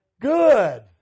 good